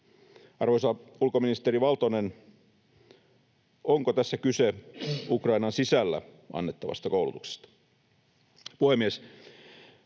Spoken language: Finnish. Arvoisa ulkoministeri Valtonen, onko tässä kyse Ukrainan sisällä annettavasta koulutuksesta?